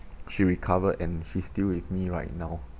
she recover and she's still with me right now